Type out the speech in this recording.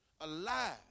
alive